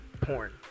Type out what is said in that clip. porn